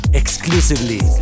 exclusively